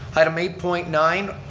item eight point nine,